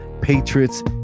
Patriots